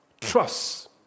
trust